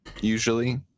usually